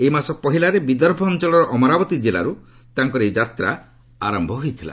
ଏଇ ମାସ ପହିଲାରେ ବିଦର୍ଭ ଅଞ୍ଚଳର ଅମରାବତୀ କିଲ୍ଲାରୁ ତାଙ୍କ ଏହି ଯାତ୍ରା ଆରମ୍ଭ ହୋଇଥିଲା